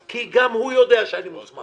כי גם הוא יודע שאני מוסמך.